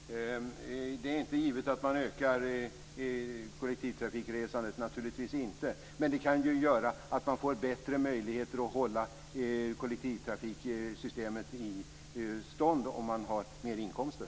Fru talman! Det är inte givet att man ökar kollektivtrafikresandet, naturligtvis inte. Men det kan göra att man får bättre möjligheter att hålla kollektivtrafiksystemet i stånd om man får mer inkomster.